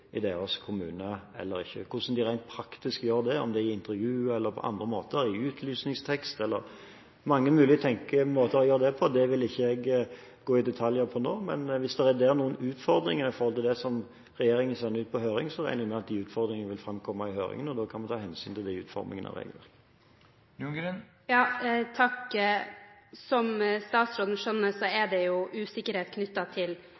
i deres kommune eller ikke. Hvordan de rent praktisk gjør det, om det er i intervju eller på andre måter, i utlysningstekst – det er mange tenkelige måter å gjøre det på – vil ikke jeg gå i detaljer på nå. Men hvis det der er noen utfordringer med hensyn til det som regjeringen sender ut på høring, regner jeg med at de utfordringene vil framkomme i høringen, og da kan vi ta hensyn til det ved utformingen av reglene. Takk. Som statsråden skjønner, er det usikkerhet knyttet til